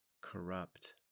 corrupt